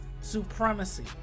supremacy